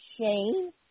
Shane